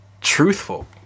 Truthful